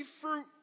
fruit